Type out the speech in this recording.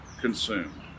consumed